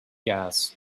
gas